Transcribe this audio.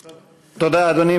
תודה, אדוני.